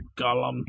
Gollum